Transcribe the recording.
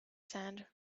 sand